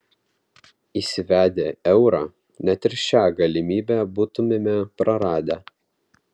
įsivedę eurą net ir šią galimybę būtumėme praradę